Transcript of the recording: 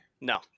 No